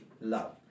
love